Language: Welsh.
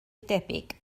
debyg